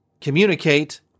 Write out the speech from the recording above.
Communicate